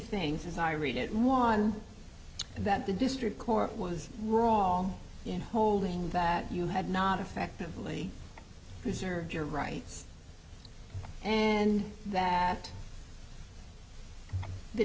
things as i read it one that the district court was wrong in holding that you had not effectively reserved your rights and that the